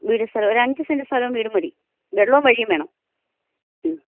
വീടും സ്ഥലവും ഒരു അഞ്ച് സെൻറ്റ് സ്ഥലവും വീടും മതി വെള്ളവും വഴിയും വേണം മ്മ്